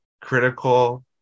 critical